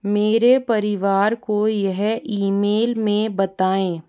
मेरे परिवार को यह ईमेल में बताएं